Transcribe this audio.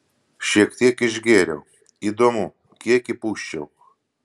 šiek tiek išgėriau įdomu kiek įpūsčiau